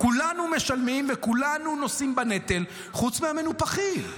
כולנו משלמים וכולנו נושאים בנטל, חוץ מהמנופחים.